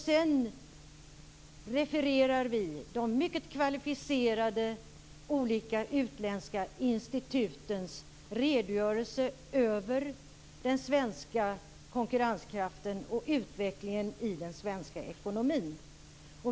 Sedan refererar vi de mycket kvalificerade olika utländska institutens redogörelser för den svenska konkurrenskraften och utvecklingen i den svenska ekonomin.